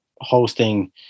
hosting